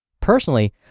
Personally